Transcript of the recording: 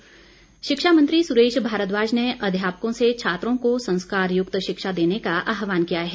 भारद्वाज शिक्षा मंत्री सुरेश भारद्वाज ने अध्यापकों से छात्रों को संस्कारयुक्त शिक्षा देने का आहवान किया है